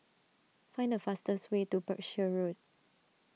find the fastest way to Berkshire Road